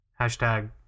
hashtag